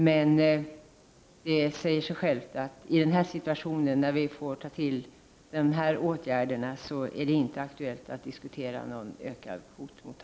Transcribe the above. Men det säger sig självt att det i den nuvarande situationen, när vi får ta till dessa åtgärder, inte är aktuellt att diskutera någon ökad kvot.